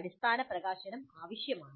അടിസ്ഥാന പ്രകാശനം ആവശ്യമാണ്